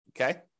okay